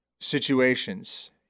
situations